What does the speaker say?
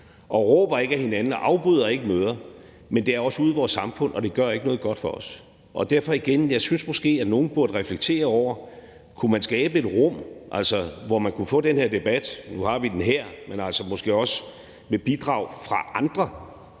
og råber ikke ad hinanden og afbryder ikke møder, men det er også ude i vores samfund, og det gør ikke noget godt for os. Derfor igen, jeg synes måske, at nogle burde reflektere over, om man kunne skabe et rum, hvor man kunne få den her debat. Nu har vi den her, men vi kunne måske også få bidrag fra andre